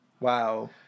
Wow